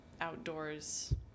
outdoors